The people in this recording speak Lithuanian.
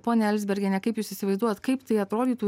ponia elzbergiene kaip jūs įsivaizduojat kaip tai atrodytų